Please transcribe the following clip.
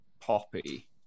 poppy